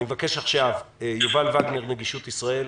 אני מבקש עכשיו את יובל וגנר מנגישות ישראל,